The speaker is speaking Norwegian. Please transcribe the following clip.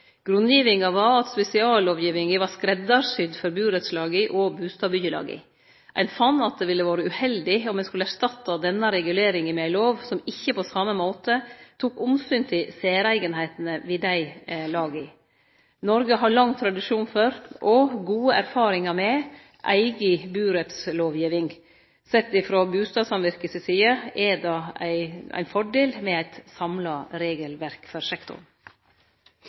Grunngivinga var at spesiallovgivinga var skreddarsydd for burettslaga og bustadbyggjelaga. Ein fann at det ville vore uheldig om ein skulle erstatte denne reguleringa med ei lov som ikkje på same måten tok omsyn til særeigenheitene ved desse laga. Noreg har lang tradisjon for, og gode erfaringar med, ei eiga burettslovgiving. Sett frå bustadsamvirket si side er det ein fordel med eit samla regelverk for sektoren.